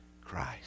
Christ